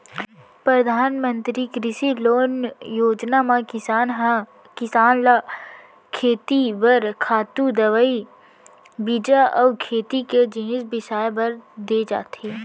परधानमंतरी कृषि लोन योजना म किसान ल खेती बर खातू, दवई, बीजा अउ खेती के जिनिस बिसाए बर दे जाथे